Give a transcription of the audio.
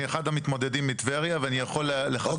אני אחד המתמודדים מטבריה ואני יכול לחזק את מה שהוא אמר פה.